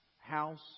house